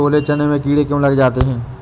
छोले चने में कीड़े क्यो लग जाते हैं?